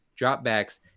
dropbacks